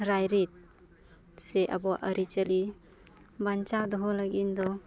ᱨᱟᱭᱼᱨᱤᱛ ᱥᱮ ᱟᱵᱚᱣᱟᱜ ᱟᱹᱨᱤᱼᱪᱟᱹᱞᱤ ᱵᱟᱧᱪᱟᱣ ᱫᱚᱦᱚ ᱞᱟᱹᱜᱤᱫ ᱫᱚ